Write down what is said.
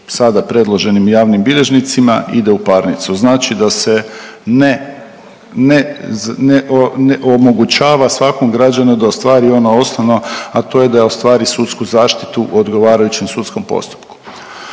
sada predloženim javnim bilježnici ide u parnicu, znači da se ne, ne, omogućava svakom građanu da ostvari ono osnovno, a to je da ostvari sudsku zaštitu u odgovarajućem sudskom postupku.